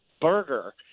burger